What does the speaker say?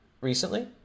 recently